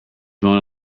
mona